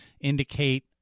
indicate